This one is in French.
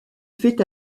fait